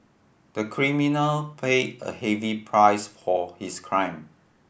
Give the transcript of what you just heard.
the criminal paid a heavy price his crime